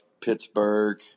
Pittsburgh